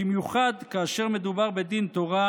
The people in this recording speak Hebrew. במיוחד כאשר מדובר בדין תורה,